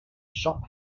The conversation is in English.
shot